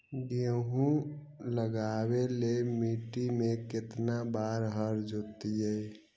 गेहूं लगावेल मट्टी में केतना बार हर जोतिइयै?